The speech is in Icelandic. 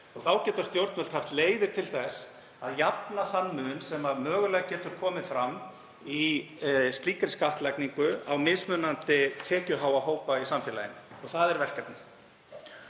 Og þá geta stjórnvöld haft leiðir til þess að jafna þann mun sem mögulega getur komið fram í slíkri skattlagningu á mismunandi tekjuháa hópa í samfélaginu og það er verkefnið.